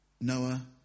Noah